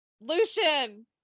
Lucian